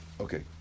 Okay